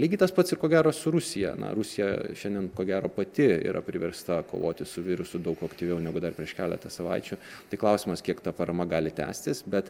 lygiai tas pats ir ko gero su rusija na rusija šiandien ko gero pati yra priversta kovoti su virusu daug aktyviau negu dar prieš keletą savaičių tik klausimas kiek ta parama gali tęstis bet